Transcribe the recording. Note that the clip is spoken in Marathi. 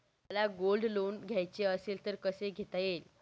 मला गोल्ड लोन घ्यायचे असेल तर कसे घेता येईल?